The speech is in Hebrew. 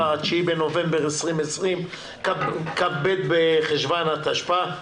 9 בנובמבר 2020 כ"ב בחשוון התשפ"א.